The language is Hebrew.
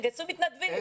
תגייסו מתנדבים.